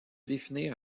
définir